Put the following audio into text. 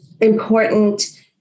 important